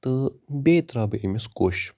تہٕ بییٚہِ تراوٕ بہٕ أمِس کوٚش